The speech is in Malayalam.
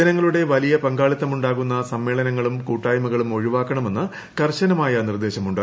ജനങ്ങളുടെ വലിയ പങ്കാളിത്തം ഉണ്ടാകുന്ന സമ്മേളനങ്ങളും കൂട്ടായ്മകളും ഒഴിവാക്കണമെന്ന് കർശനമായ നിർദ്ദേശമുണ്ട്